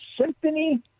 Symphony